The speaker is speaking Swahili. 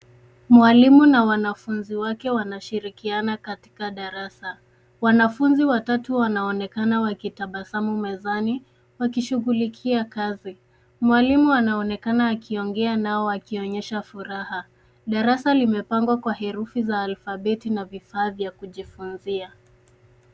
Mwalimu na wanafunzi wake wanashirikiana katika darasa. Wanafunzi watatu wanaonekana wakitabasamu mezani ,wakishughulikia kazi. Mwalimu anaonekana akiongea nao akionyesha furaha. Darasa limepangwa kwa herufi za alfabeti na vifaa vya kujifunzia.